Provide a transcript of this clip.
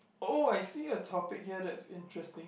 oh I see a topic here that's interesting